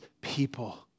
people